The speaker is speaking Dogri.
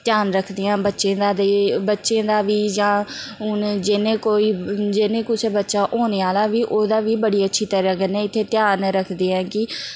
ध्यान रखदियां बच्चें दा ते बच्चें दा बी जां हून जिनें कोई जिनें कुसै बच्चा होने आह्ला बी ओह्दा बी बड़ी अच्छी तरह कन्नै इत्थें ध्यान रखदे ऐ कि